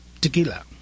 tequila